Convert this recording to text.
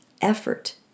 effort